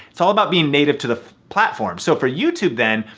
it's all about being native to the platform. so for youtube then,